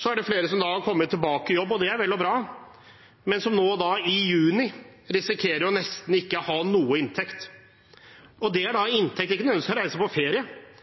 Så er det flere som har kommet tilbake i jobb, og det er vel og bra, men som nå i juni risikerer å ha nesten ikke noe inntekt. Og det er da inntekt ikke nødvendigvis til å reise på ferie,